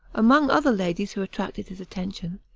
among other ladies who attracted his attention,